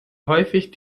häufig